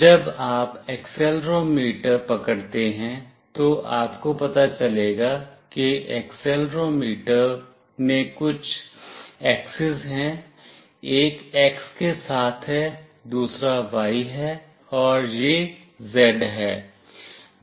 जब आप एक्सेलेरोमीटर पकड़ते हैं तो आपको पता चलेगा कि एक्सेलेरोमीटर में कुछ एक्सिस हैं एक X के साथ है दूसरा Y है और यह Z है